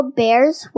bears